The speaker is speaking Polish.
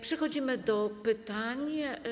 Przechodzimy do pytań.